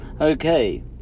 okay